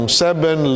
seven